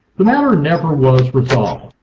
the matter never was resolved,